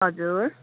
हजुर